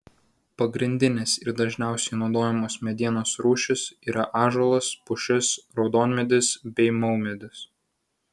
pagrindinės ir dažniausiai naudojamos medienos rūšys yra ąžuolas pušis raudonmedis bei maumedis